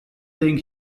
think